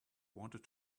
wanted